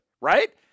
right